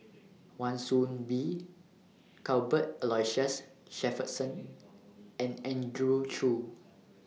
Wan Soon Bee Cuthbert Aloysius Shepherdson and Andrew Chew